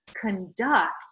conduct